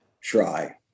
try